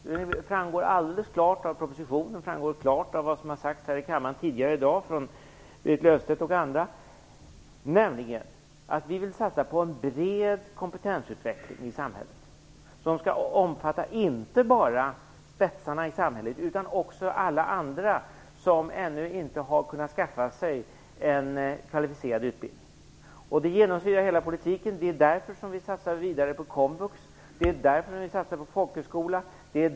Det framgår klart av propositionen och av vad Berit Löfstedt m.fl. har sagt i kammaren tidigare i dag att vi vill satsa på en bred kompetensutveckling i samhället. Den skall inte bara omfatta spetsarna i samhället utan även alla andra som ännu inte har kunnat skaffa sig en kvalificerad utbildning. Det genomsyrar hela politiken. Därför vill vi satsa på Komvux och folkhögskolorna.